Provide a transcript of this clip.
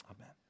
amen